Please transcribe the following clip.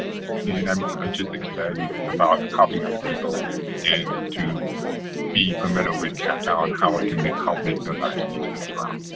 and i'm just excited about helping other people and to be familiar with captel and how it can help make their lives easier as well.